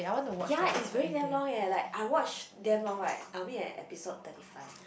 ya it's really damn long eh like I watch damn long right I only at episode thirty five